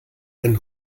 ein